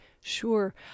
Sure